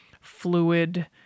fluid